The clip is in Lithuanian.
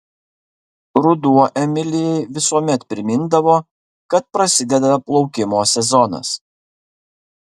ruduo emilijai visuomet primindavo kad prasideda plaukimo sezonas